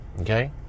Okay